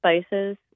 spices